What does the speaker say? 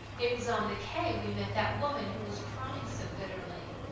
it was on the quai we met that woman who was crying so bitterly.